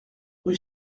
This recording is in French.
rue